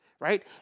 Right